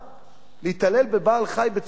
להתעלל בבעל-חיים בצורה כזאת?